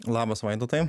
labas vaidotai